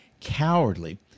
cowardly